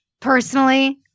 Personally